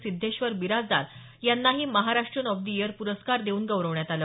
सिद्धेश्वर बिराजदार यांनाही Maharashtrian of the year पुरस्कार देऊन गौरवण्यात आलं